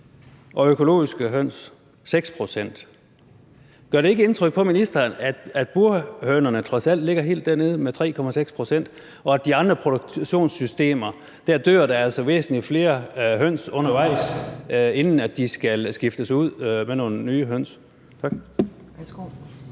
hos økologiske høner er det 6 pct. Gør det ikke indtryk på ministeren, at burhønerne trods alt ligger helt dernede på 3,6 pct., og at der i de andre produktionssystemer altså dør væsentlig flere høns undervejs, inden de skal skiftes ud med nogle nye høns? Tak.